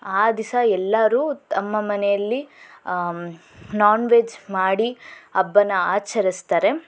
ಆ ದಿವಸ ಎಲ್ಲರೂ ತಮ್ಮ ಮನೆಯಲ್ಲಿ ನಾನ್ ವೆಜ್ ಮಾಡಿ ಹಬ್ಬನ ಆಚರಿಸ್ತಾರೆ